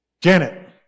Janet